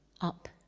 up